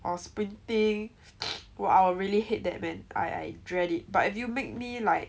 or sprinting I'll really hate that man I dread it but if you make me like